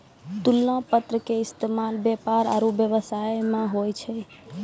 तुलना पत्र के इस्तेमाल व्यापार आरु व्यवसाय मे होय छै